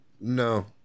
No